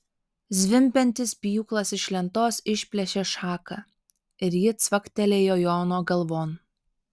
zvimbiantis pjūklas iš lentos išplėšė šaką ir ji cvaktelėjo jono galvon